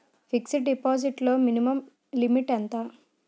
Fixed deposit లో minimum limit ఎంత?